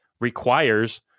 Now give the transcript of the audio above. requires